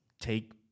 Take